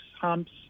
humps